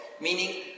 Meaning